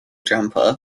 jumper